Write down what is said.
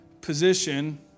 position